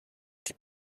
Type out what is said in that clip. die